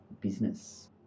business